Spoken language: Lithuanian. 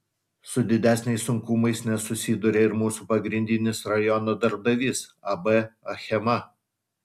su didesniais sunkumais nesusiduria ir mūsų pagrindinis rajono darbdavys ab achema